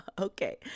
Okay